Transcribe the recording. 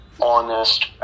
Honest